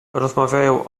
rozmawiają